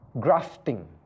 grafting